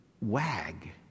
wag